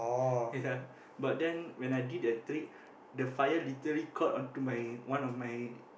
ya but then when I did the trick the fire literally caught onto my one of my